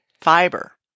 Fiber